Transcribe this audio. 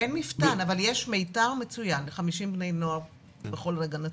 אין מפתן אבל יש מיתר מצוין ל-50 בני נוער בכל רגע נתון.